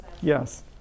yes